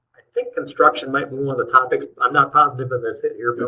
think construction might be one of the topics. i'm not positive as i sit here.